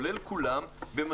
את כולם,